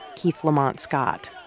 keith lamont scott.